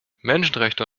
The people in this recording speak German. menschenrechte